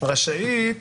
רשאית